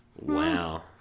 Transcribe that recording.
wow